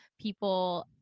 People